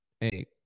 hey